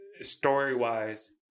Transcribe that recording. story-wise